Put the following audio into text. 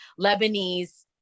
Lebanese